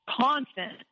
constant